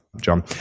John